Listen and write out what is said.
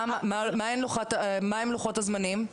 מה הם לוחות-הזמנים?